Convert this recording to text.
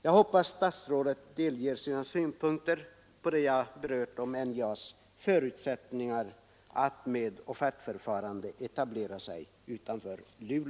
Jag hoppas statsrådet delger sina synpunkter på det jag berört om NJA:s förutsättningar att med offertförfarande etablera sig utanför Luleå.